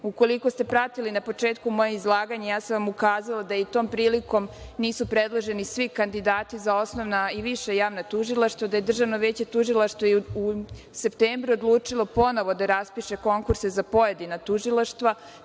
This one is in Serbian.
Srbije. Ukoliko ste pratili na početku moje izlaganje, ja sam vam ukazala da i tom prilikom nisu predloženi svi kandidati za osnovna i viša javna tužilaštva, da je Državno veće tužilaca u septembru odlučilo ponovo da raspiše konkurse za pojedina tužilaštva,